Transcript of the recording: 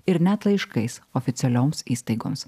ir net laiškais oficialioms įstaigoms